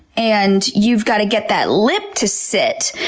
and you've got to get that lip to sit.